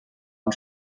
han